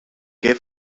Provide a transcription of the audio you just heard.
què